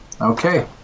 okay